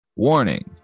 warning